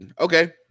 okay